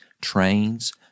trains